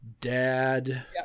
dad